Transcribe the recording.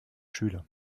schüler